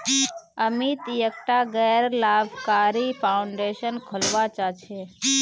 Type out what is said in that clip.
अमित एकटा गैर लाभकारी फाउंडेशन खोलवा चाह छ